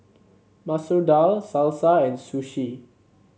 Masoor Dal Salsa and Sushi